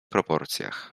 proporcjach